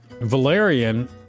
Valerian